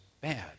bad